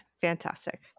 fantastic